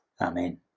Amen